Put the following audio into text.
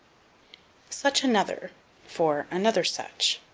such another for another such.